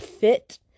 fit